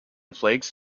flakes